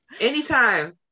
anytime